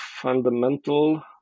fundamental